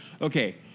Okay